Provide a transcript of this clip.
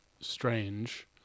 strange